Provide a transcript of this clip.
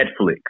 Netflix